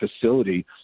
facility